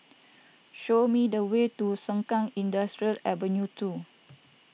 show me the way to Sengkang Industrial Ave two